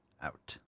Out